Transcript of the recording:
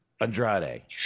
Andrade